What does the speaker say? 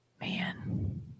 man